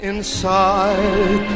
Inside